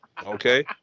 okay